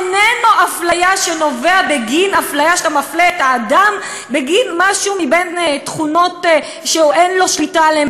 איננו אפליה שאתה מפלה אדם בגין תכונות שאין לו שליטה עליהן,